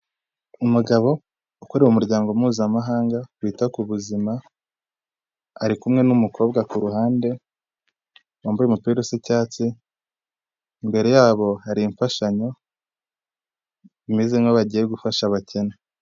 Umugabo ukorera umuryango mpuzamahanga wita ku buzima, ari kumwe n'umukobwa ku ruhande, wambaye umupira usa icyatsi, imbere yabo hari imfashanyo imeze nkaho bagiye gufasha abakene.